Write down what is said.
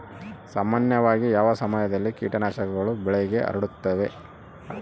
ಸಾಮಾನ್ಯವಾಗಿ ಯಾವ ಸಮಯದಲ್ಲಿ ಕೇಟನಾಶಕಗಳು ಬೆಳೆಗೆ ಹರಡುತ್ತವೆ?